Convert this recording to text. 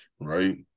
right